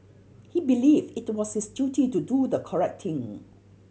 he believed it was his duty to do the correct thing